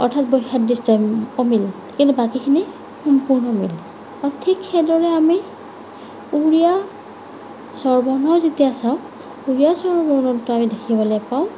অৰ্থাৎ বৈসাদৃশ্য অমিল কিন্তু বাকীখিনি সম্পূৰ্ণ মিল অঁ ঠিক সেইদৰে আমি উৰিয়া স্বৰবৰ্ণ যেতিয়া চাওঁ উৰিয়া স্বৰবৰ্ণতো আমি দেখিবলৈ পাওঁ